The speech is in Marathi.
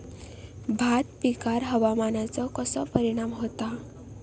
भात पिकांर हवामानाचो कसो परिणाम होता?